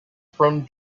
from